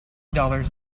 dollars